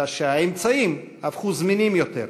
אלא שהאמצעים הפכו זמינים יותר,